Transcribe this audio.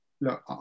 look